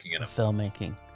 Filmmaking